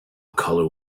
color